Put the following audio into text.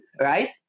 right